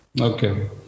Okay